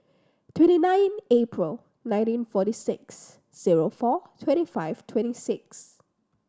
twenty nine April nineteen forty six zero four twenty five twenty six